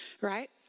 right